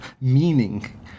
meaning